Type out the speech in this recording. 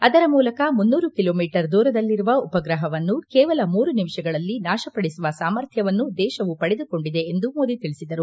ಅದರ ಮೂಲಕ ಮುನ್ನೂರು ಕಿಲೋಮೀಟರ್ ದೂರದಲ್ಲಿರುವ ಉಪಗ್ರಹವನ್ನು ಕೇವಲ ಮೂರು ನಿಮಿಷಗಳಲ್ಲಿ ನಾತಪಡಿಸುವ ಸಾಮರ್ಥ್ಯವನ್ನು ದೇಶವು ಪಡೆದುಕೊಂಡಿದೆ ಎಂದು ಮೋದಿ ತಿಳಿಸಿದರು